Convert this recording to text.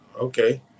okay